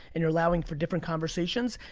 and you're allowing for different conversations.